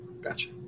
Gotcha